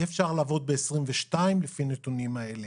אי-אפשר לעבוד ב-2022 לפי הנתונים האלה.